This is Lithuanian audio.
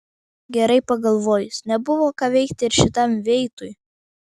gerai pagalvojus nebuvo ką veikti ir šitam veitui